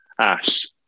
ash